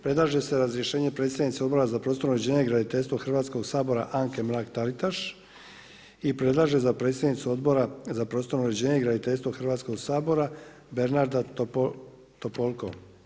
Predlaže se razrješenje predsjednice Odbora za prostorno uređenje i graditeljstvo Hrvatskog sabora Anke Mrak-Taritaš i predlaže za predsjednicu Odbora za prostorno uređenje i graditeljstvo Hrvatskog sabora Bernarda Topolko.